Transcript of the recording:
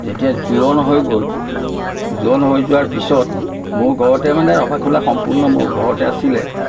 যেতিয়া জোৰণ হৈ গ'ল জোৰণ হৈ যোৱাৰ পিছত মোৰ ঘৰতে মানে ৰভা খোলা সম্পূৰ্ণ মোৰ ঘৰতে আছিলে